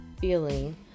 feeling